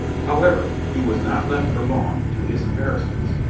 however, he was not left for long to his embarrassments,